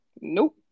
nope